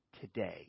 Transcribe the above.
today